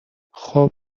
خوب